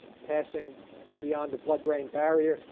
passing beyond the blood brain barrier,